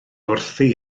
wrthi